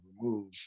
remove